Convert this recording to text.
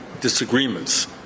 disagreements